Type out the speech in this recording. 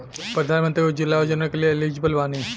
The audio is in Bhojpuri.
प्रधानमंत्री उज्जवला योजना के लिए एलिजिबल बानी?